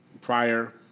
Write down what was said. prior